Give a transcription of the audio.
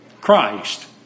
Christ